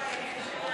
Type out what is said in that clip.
משתתף.